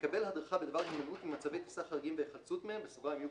יקבל הדרכה בדבר הימנעות ממצבי טיסה חריגים והיחלצות מהם (UPRT)